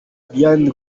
diane